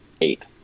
eight